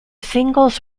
singles